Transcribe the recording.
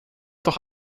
durch